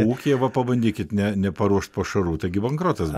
ūkyje va pabandykit ne neparuošt pašarų taigi bankrotas